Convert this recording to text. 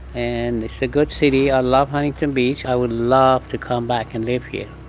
and it's a good city. i love huntington beach. i would love to come back and live here.